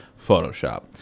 Photoshop